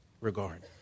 regard